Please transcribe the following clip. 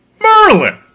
merlin,